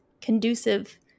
conducive